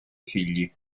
figli